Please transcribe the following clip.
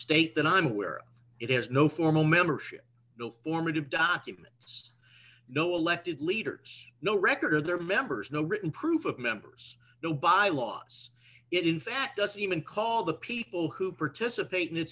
state that i'm aware of it has no formal membership bill formative documents no elected leaders no record of their members no written proof of members no by law it in fact doesn't even call the people who participate in